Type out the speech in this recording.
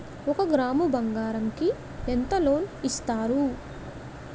ఒక గ్రాము బంగారం కి ఎంత లోన్ ఇస్తారు?